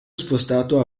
spostato